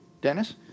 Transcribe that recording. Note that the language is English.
Dennis